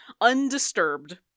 undisturbed